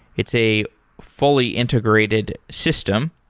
it's a fully integrated system.